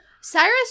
Cyrus